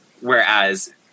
Whereas